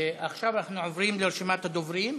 עכשיו אנחנו עוברים לרשימת הדוברים.